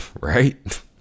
right